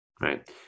Right